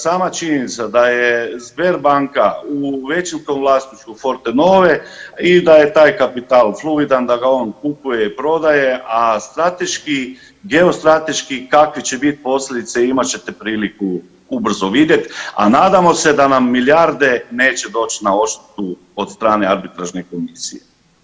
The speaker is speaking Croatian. Sama činjenica da je Sberbanka u većinskom vlasništvu Fortenove i da je taj kapital fluidan, da ga on kupuje i prodaje, a strateški, geostrateški kakve će biti posljedice imat ćete priliku ubrzo vidjet, a nadamo se da nam milijarde neće doći na odštetu od strane arbitražne komisije.